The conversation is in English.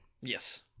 Yes